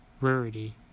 Rarity